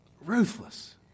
ruthless